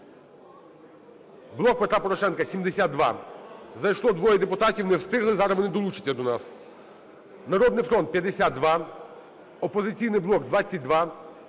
"Блок Петра Порошенка" – 72. Зайшло двоє депутатів, не встигли, зараз вони долучаться до нас. "Народний фронт" – 52, "Опозиційний блок" – 22,